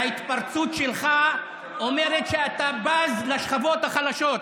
וההתפרצות שלך אומרת שאתה בז לשכבות החלשות,